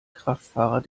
kraftfahrer